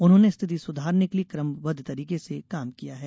उन्होंने स्थिति सुधारने के लिये कमबद्ध तरिके से काम किया है